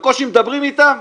בקושי מדברים אתם?